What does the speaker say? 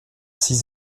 six